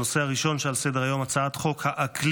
הנושא הראשון שעל סדר-היום: הצעת חוק האקלים,